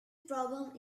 problem